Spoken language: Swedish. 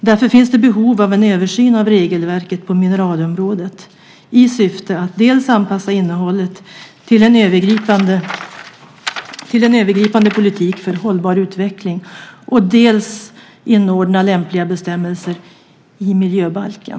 Därför finns det behov av en översyn av regelverket på mineralområdet i syfte att dels anpassa innehållet till en övergripande politik för hållbar utveckling, dels inordna lämpliga bestämmelser i miljöbalken.